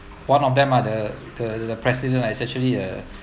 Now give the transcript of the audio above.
one of them are the the the president is actually a